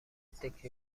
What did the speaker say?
تکه